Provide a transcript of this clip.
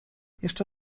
jeszcze